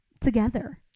together